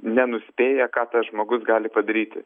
nenuspėja ką tas žmogus gali padaryti